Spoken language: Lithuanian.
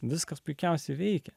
viskas puikiausiai veikia